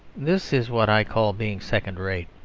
this is what i call being second-rate.